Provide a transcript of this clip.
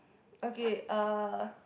okay uh